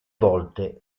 volte